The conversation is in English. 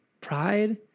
pride